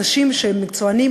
אנשים שהם מקצוענים,